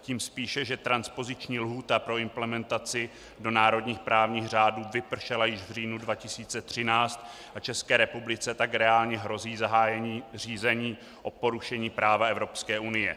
Tím spíše, že transpoziční lhůta pro implementaci do národních právních řádů vypršela již v říjnu 2013 a České republice tak reálně hrozí zahájení řízení o porušení práva Evropské unie.